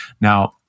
Now